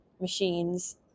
machines